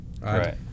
right